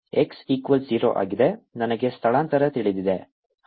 x equals 0 ಆಗಿದೆ ನನಗೆ ಸ್ಥಳಾಂತರ ತಿಳಿದಿದೆ